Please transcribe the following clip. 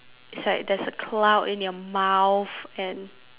it's like there's a cloud in your mouth and